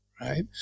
Right